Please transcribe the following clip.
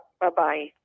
Bye-bye